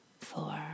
four